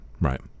Right